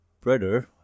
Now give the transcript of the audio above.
brother